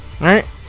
right